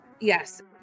Yes